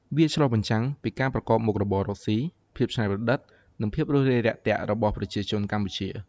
វាឆ្លុះបញ្ចាំងពីការប្រកបមុខរបរកស៊ី ភាពច្នៃប្រឌិត និងភាពរួសរាយរាក់ទាក់របស់ប្រជាជនកម្ពុជា។